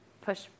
push